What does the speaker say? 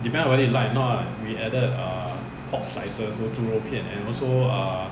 depend on whether you like or not lah we added err pork slices so 猪肉片 and also err